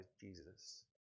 Jesus